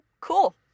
cool